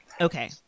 Okay